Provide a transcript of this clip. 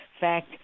fact